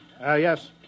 Yes